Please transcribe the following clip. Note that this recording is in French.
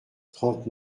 trente